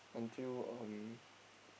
until um